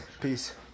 Peace